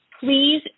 Please